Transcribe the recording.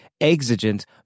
exigent